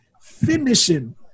finishing